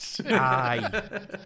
Aye